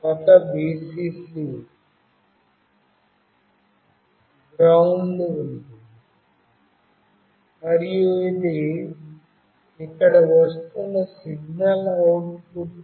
ఒక Vcc GND ఉంది మరియు ఇది ఇక్కడ వస్తున్న సిగ్నల్ అవుట్పుట్